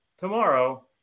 tomorrow